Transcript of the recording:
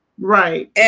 Right